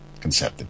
concepted